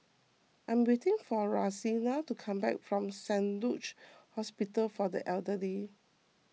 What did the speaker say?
I am waiting for Rosina to come back from Saint Luke's Hospital for the Elderly